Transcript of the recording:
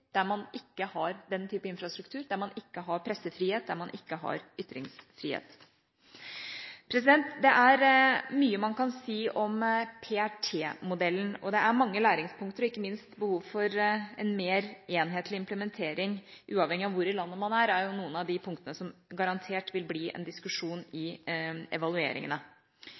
der man ikke har den typen infrastruktur, der man ikke har pressefrihet, der man ikke har ytringsfrihet. Det er mye man kan si om PRT-modellen, det er mange læringspunkter og ikke minst behov for en mer enhetlig implementering uavhengig av hvor i landet man er. Det er noen av de punktene som garantert vil bli en diskusjon i evalueringene.